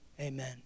Amen